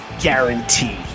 guarantee